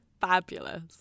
fabulous